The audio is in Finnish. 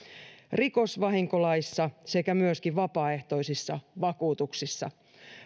rikosvahinkolaissa sekä myöskin vapaaehtoisissa vakuutuksissa